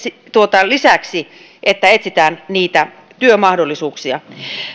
lisäksi että etsitään niitä työmahdollisuuksia